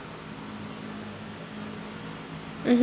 mmhmm